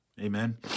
Amen